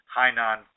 Hainan